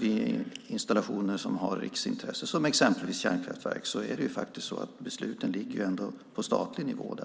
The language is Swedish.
Vid installationer som har riksintresse, till exempel kärnkraftverk, ligger besluten på statlig nivå.